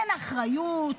אין אחריות,